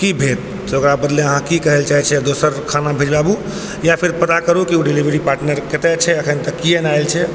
की भेल से ओकरा बदले अहाँ की कहैलए चाहै छिए दोसर खाना भेजबाबू या फिर पता करू की ओ डिलेवरी पार्टनर कतऽ छै एखन तक किएक नहि आएल छै